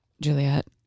Juliet